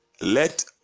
let